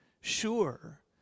Sure